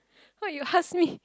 why you ask me